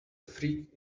freak